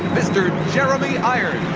mr. jeremy irons. when